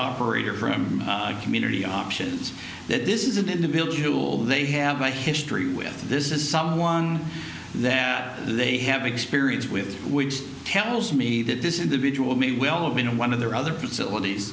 operator community options that this is an individual they have a history with this is someone that they have experience with which tells me that this individual may well have been in one of their other facilities